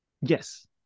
Yes